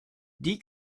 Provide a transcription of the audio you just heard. die